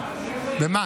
51?